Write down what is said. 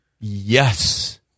Yes